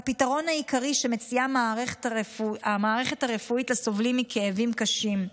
הפתרון העיקרי שמציעה המערכת הרפואית לסובלים מכאבים קשים.